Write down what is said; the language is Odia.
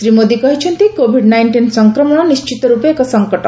ଶ୍ରୀ ମୋଦୀ କହିଛନ୍ତି କୋଭିଡ୍ ନାଇଂଟିନ୍ ସଂକ୍ରମଣ ନିଣ୍ଚିତ ରୂପେ ଏକ ସଂକଟ